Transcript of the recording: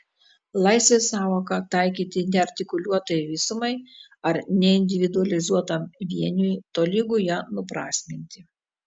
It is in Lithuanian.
laisvės sąvoką taikyti neartikuliuotai visumai ar neindividualizuotam vieniui tolygu ją nuprasminti